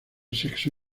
sexo